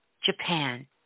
Japan